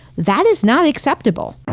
that is not acceptable.